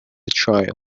child